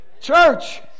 Church